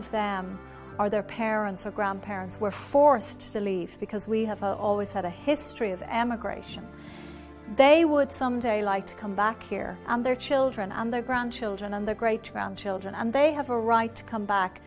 of them are their parents or grandparents were forced to leave because we have always had a history of emigration they would someday like to come back here and their children and their grandchildren and their great grandchildren and they have a right to come back